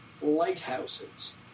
lighthouses